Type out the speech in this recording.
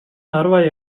narva